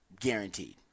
guaranteed